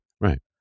Right